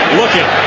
looking